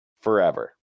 forever